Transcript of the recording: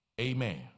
Amen